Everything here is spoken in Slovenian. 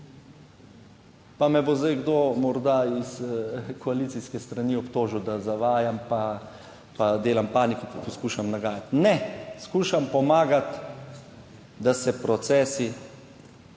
Pa me bo zdaj kdo morda iz koalicijske strani obtožil, da zavajam, pa delam paniko, pa poskušam nagajati. Ne. Skušam pomagati, da se procesi